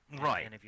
Right